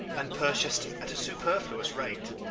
and purchas'd at a superfluous rate